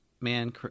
man